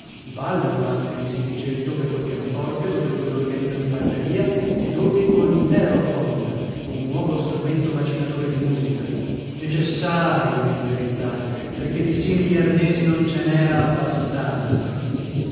ballano anche mi si dice dove col pianoforte dove coll'organino di barberia e dove coll'herofon un nuovo strumento macinatore di musica necessario in verità perchè di simili arnesi non ce n'era abbastanza